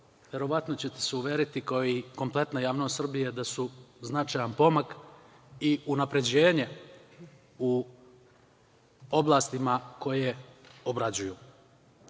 verovatno ćete se uveriti kao i kompletna javnost Srbije da su značajan pomak i unapređenje u oblastima koje obrađuju. Pre